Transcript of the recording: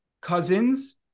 cousins